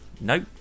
Nope